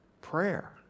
Prayer